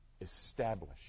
establish